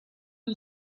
who